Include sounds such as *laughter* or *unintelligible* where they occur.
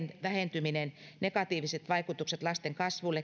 vähentyminen negatiiviset vaikutukset lasten kasvuun *unintelligible*